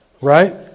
Right